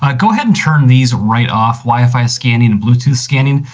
ah go ahead and turn these right off, wi-fi scanning and bluetooth scanning.